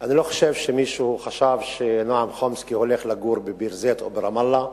אני לא חושב שמישהו חשב שנועם חומסקי הולך לגור בביר-זית או ברמאללה,